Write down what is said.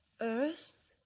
Earth